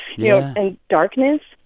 yeah and darkness.